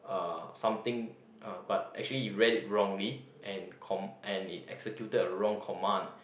uh something uh but actually it read it wrongly and com~ and it executed a wrong command